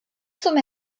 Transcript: zum